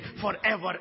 forever